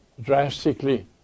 drastically